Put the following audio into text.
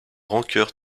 rancœur